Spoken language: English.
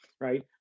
right